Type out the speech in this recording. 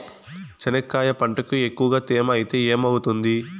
చెనక్కాయ పంటకి ఎక్కువగా తేమ ఐతే ఏమవుతుంది?